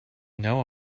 know